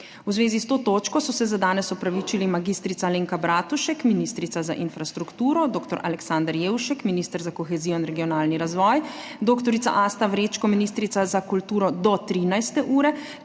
V zvezi s to točko so se za danes opravičili: mag. Alenka Bratušek, ministrica za infrastrukturo, dr. Aleksander Jevšek, minister za kohezijo in regionalni razvoj, dr. Asta Vrečko, ministrica za kulturo, do 13. ure